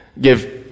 give